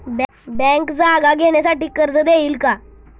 Bank जागा घेण्यासाठी कर्ज देईल का?